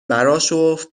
براشفت